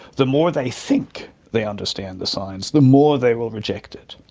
the more they think they understand the science, the more they will reject it.